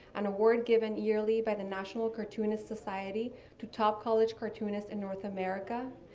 an award given yearly by the national cartoonist society to top college cartoonists in north america.